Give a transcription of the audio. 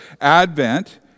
Advent